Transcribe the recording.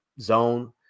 zone